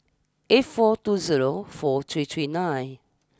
eight four two zero four three three nine